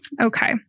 Okay